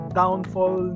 downfall